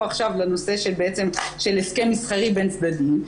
עכשיו לנושא של הסכם מסחרי בין צדדים,